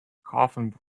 coffin